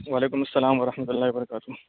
وعلیکم السّلام ورحمۃ اللہ وبرکاتہ